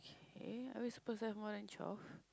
eh are we supposed to have more than twelve